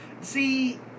See